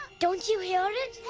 don't you hear it?